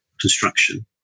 construction